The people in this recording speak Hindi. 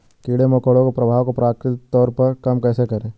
कीड़े मकोड़ों के प्रभाव को प्राकृतिक तौर पर कम कैसे करें?